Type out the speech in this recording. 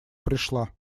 пришла